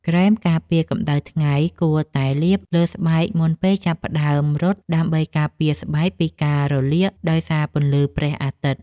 ក្រែមការពារកម្ដៅថ្ងៃ គួរតែលាបលើស្បែកមុនពេលចាប់ផ្ដើមរត់ ដើម្បីការពារស្បែកពីការរលាកដោយសារពន្លឺព្រះអាទិត្យ។